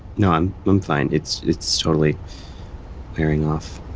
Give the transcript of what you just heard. no, i'm um fine. it's it's totally wearing off